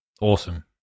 awesome